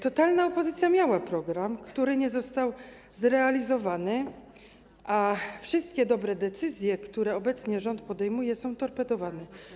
Totalna opozycja miała program, który nie został zrealizowany, a wszystkie dobre decyzje, które obecnie rząd podejmuje, są torpedowane.